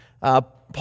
Paul